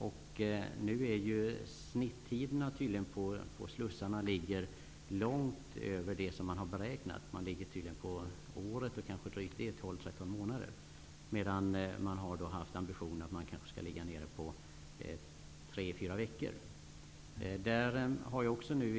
Tidsperioderna i flyktingslussarna är i genomsnitt mycket längre än beräknat. Det kan röra sig om ett år och drygt det -- kanske 13 månader. Man har då ändå haft ambitionen att tidsperioden skall röra sig om tre till fyra veckor.